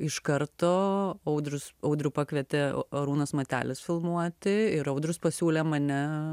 iš karto audrius audrių pakvietė arūnas matelis filmuoti ir audrius pasiūlė mane